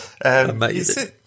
Amazing